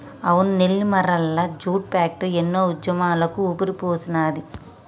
అవును Nellimarla jute factory ఎన్నో ఉద్యమాలకు ఊపిరిపోసినాది